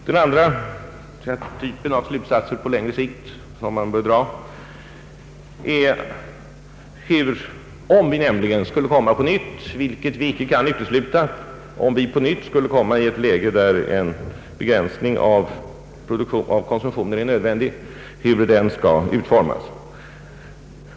Den andra frågan gäller hur en begränsning av konsumtionen skall utformas om vi på nytt skulle komma i det läget, vilket vi inte kan utesluta, att en ny begränsning måste genomföras.